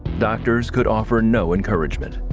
doctors could offer no encouragement.